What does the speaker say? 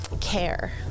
care